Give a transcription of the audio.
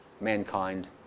mankind